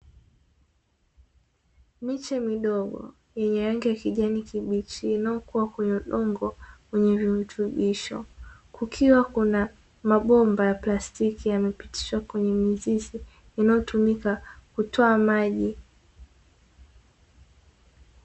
Miche midogo yenye rangi ya kijani kibichi inayokua kwenye udongo wenye virutubisho. kukiwa kuna mabomba ya plastiki yamepitishwa kwenye mizizi inayotumika kutoa maji.